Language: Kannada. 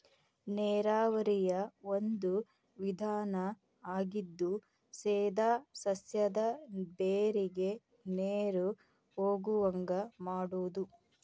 ನೇರಾವರಿಯ ಒಂದು ವಿಧಾನಾ ಆಗಿದ್ದು ಸೇದಾ ಸಸ್ಯದ ಬೇರಿಗೆ ನೇರು ಹೊಗುವಂಗ ಮಾಡುದು